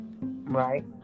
right